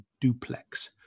duplex